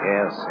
Yes